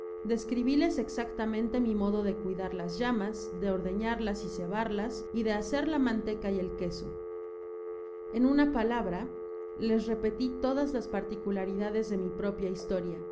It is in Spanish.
describiles exactamente mi modo de cuidar las llamas de ordeñarlas y cebarlas y de hacer la manteca y el queso en una palabra les repeti todas las particularidades de mi propia historia